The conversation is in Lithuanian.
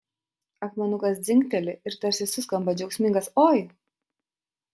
akmenukas dzingteli ir tarsi suskamba džiaugsmingas oi